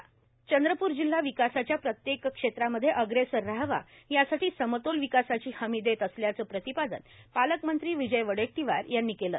प्रजासत्ताक दिन विदर्भ चंद्रपूर जिल्हा विकासाच्या प्रत्येक क्षेत्रामध्ये अग्रेसर राहावा यासाठी समतोल विकासाची हमी देत असल्याचे प्रतिपादन पालकमंत्री विजय वडेट्टीवार यांनी केले